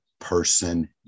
person